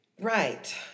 Right